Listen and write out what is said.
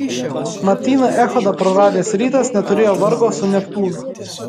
martyną echodą praradęs rytas neturėjo vargo su neptūnu